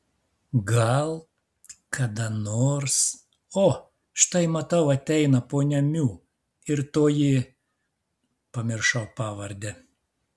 gal kada nors o štai matau ateina ponia miu ir toji pamiršau pavardę